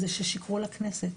זה ששיקרו לכנסת.